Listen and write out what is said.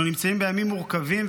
אנחנו נמצאים בימים מורכבים,